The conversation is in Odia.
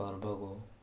ପର୍ବକୁ